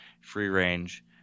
free-range